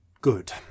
Good